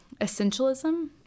essentialism